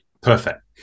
Perfect